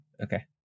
Okay